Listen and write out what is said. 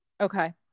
Okay